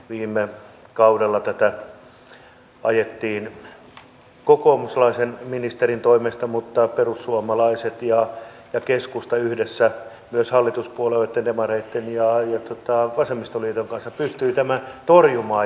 viime kaudella tätä ajettiin kokoomuslaisen ministerin toimesta mutta perussuomalaiset ja keskusta yhdessä myös hallituspuolueitten demareitten ja vasemmistoliiton kanssa pystyivät tämän torjumaan